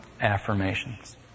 affirmations